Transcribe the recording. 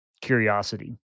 curiosity